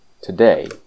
today